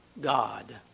God